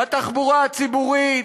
בתחבורה הציבורית.